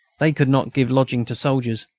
they could not give lodging to soldiers.